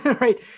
Right